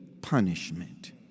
punishment